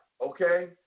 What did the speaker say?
okay